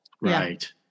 Right